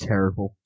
Terrible